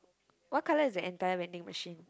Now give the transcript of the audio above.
what colour is the entire vending machine